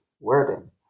wording